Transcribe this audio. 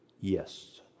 Yes